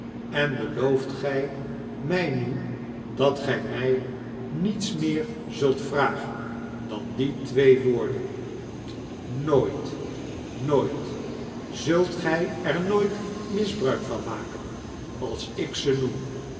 en belooft gy my nu dat gy my niets meer zult vragen dan die twee woorden nooit nooit zult gy er nooit misbruik van maken als ik ze noem